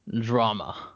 drama